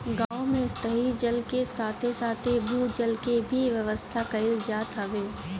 गांव में सतही जल के साथे साथे भू जल के भी व्यवस्था कईल जात हवे